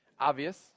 obvious